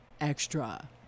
extra